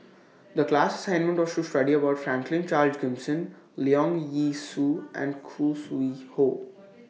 The class assignment was to study about Franklin Charles Gimson Leong Yee Soo and Khoo Sui Hoe